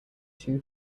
two